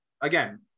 again